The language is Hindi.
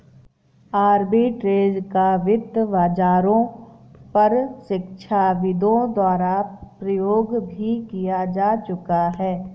आर्बिट्रेज का वित्त बाजारों पर शिक्षाविदों द्वारा प्रयोग भी किया जा चुका है